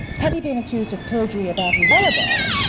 had he been accused of perjury about his alibi,